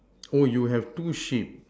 oh you have two sheep